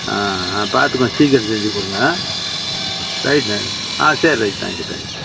ஆ பார்த்து கொஞ்சம் சீக்கிரம் செஞ்சு கொடுங்க ரைட்டுண்ணா ஆ சேரி ரைட் தேங்க்யூ தேங்க்யூ